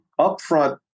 upfront